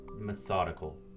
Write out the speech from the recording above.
methodical